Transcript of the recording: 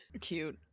Cute